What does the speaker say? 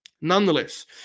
nonetheless